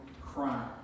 crime